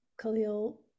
Khalil